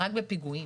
רק בפיגועים.